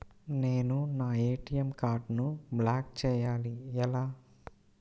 నేను నా ఏ.టీ.ఎం కార్డ్ను బ్లాక్ చేయాలి ఎలా?